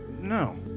no